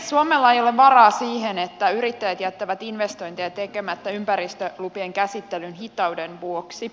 suomella ei ole varaa siihen että yrittäjät jättävät investointeja tekemättä ympäristölupien käsittelyn hitauden vuoksi